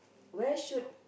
where should